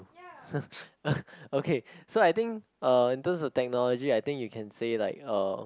okay so I think uh in terms of technology I think you can say like uh